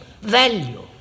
value